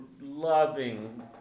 loving